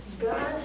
God